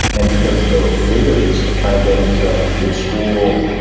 and because of the rigors of trying to get into a good school,